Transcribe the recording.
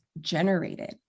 generated